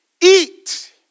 Eat